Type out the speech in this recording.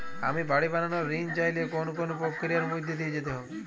আমি বাড়ি বানানোর ঋণ চাইলে কোন কোন প্রক্রিয়ার মধ্যে দিয়ে যেতে হবে?